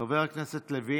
חבר הכנסת לוין,